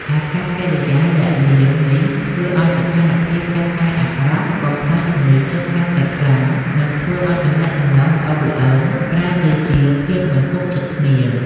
អាកប្បកិរិយាលាក់លៀមនេះធ្វើឲ្យស្ថានភាពកាន់តែអាក្រក់ បំផ្លាញជំនឿចិត្តកាន់តែខ្លាំង និងធ្វើឲ្យទំនាក់ទំនងល្អូកល្អឺនប្រែទៅជាភាពមិនទុកចិត្តគ្នា។